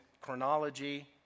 chronology